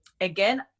again